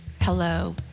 hello